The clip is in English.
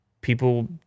people